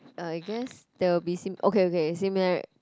I guess there will be sim~ okay okay similarity